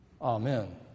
Amen